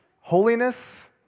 holiness